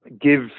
give